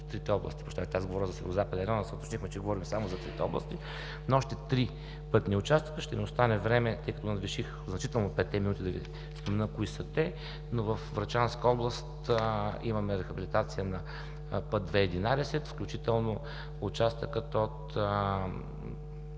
Врачанска област имаме рехабилитация на Път II-11, включително участъкът от